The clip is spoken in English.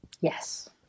Yes